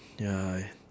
ya